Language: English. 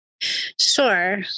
Sure